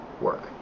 work